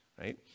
Right